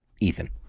Ethan